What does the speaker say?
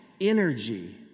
energy